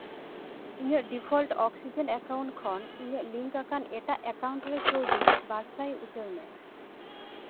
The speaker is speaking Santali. ᱤᱧᱟᱹᱜ ᱰᱤᱯᱷᱚᱞᱴ ᱚᱠᱥᱤᱡᱮᱱ ᱮᱠᱟᱣᱩᱱᱴ ᱠᱷᱚᱱ ᱤᱧᱟᱹᱜ ᱞᱤᱝᱠ ᱟᱠᱟᱱ ᱮᱴᱟᱜ ᱮᱠᱟᱣᱩᱱᱴ ᱨᱮ ᱠᱟᱹᱣᱰᱤ ᱵᱟᱨ ᱥᱟᱭ ᱩᱪᱟᱹᱲ ᱢᱮ